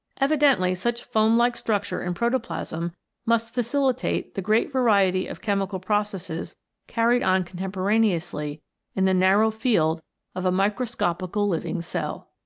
evidently such foam-like structure in protoplasm must facilitate the great variety of chemical processes carried on contemporaneously in the narrow field of a microscopical living cell.